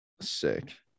Sick